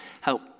help